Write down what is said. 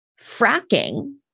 fracking